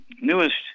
newest